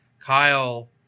Kyle